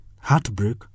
heartbreak